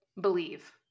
believe